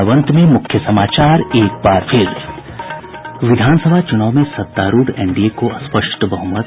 और अब अंत में मुख्य समाचार विधानसभा चूनाव में सत्तारूढ़ एनडीए को स्पष्ट बहमत